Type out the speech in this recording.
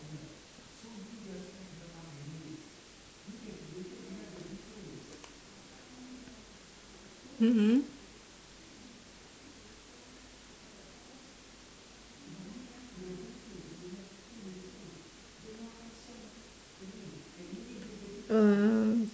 mm mm um